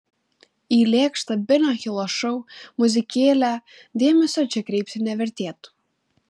į lėkštą benio hilo šou muzikėlę dėmesio čia kreipti nevertėtų